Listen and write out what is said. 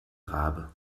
rabe